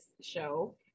show